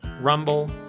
Rumble